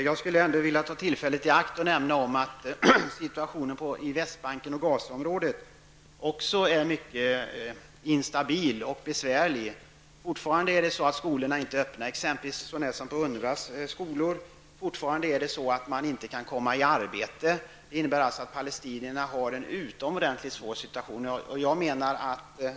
Herr talman! Jag vill ändå ta tillfället i akt att nämna att situationen på Västbanken och i Gazaområdet också är mycket instabil och besvärlig. Fortfarande har skolorna inte öppnats, så när som på UNRWAs skolor. Fortfarande kan man inte komma i arbete, och det innebär att palestinierna har en utomordentligt svår situation.